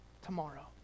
tomorrow